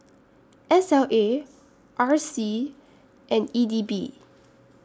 S L A R C and E D B